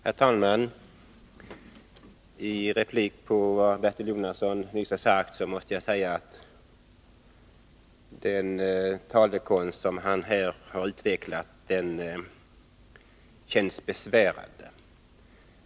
Herr talman! Som replik på vad Bertil Jonasson nyss har sagt måste jag säga att den talekonst som han här har utvecklat känns besvärande.